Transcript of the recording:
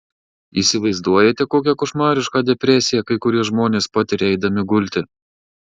įsivaizduojate kokią košmarišką depresiją kai kurie žmonės patiria eidami gulti